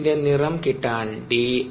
pH ന്റെ നിറം കിട്ടാൻ ഡി